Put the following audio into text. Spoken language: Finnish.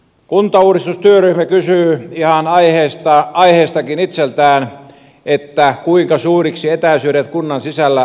kuntauudistustyöryhmä kysyy ihan aiheestakin itseltään kuinka suuriksi etäisyydet kunnan sisällä voivat kasvaa